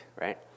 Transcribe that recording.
right